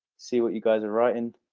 see what you guys are writing